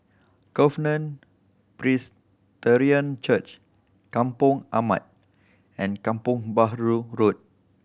Covenant Presbyterian Church Kampong Ampat and Kampong Bahru Road